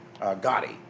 Gotti